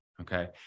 Okay